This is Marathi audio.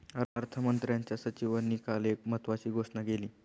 अर्थमंत्र्यांच्या सचिवांनी काल एक महत्त्वाची घोषणा केली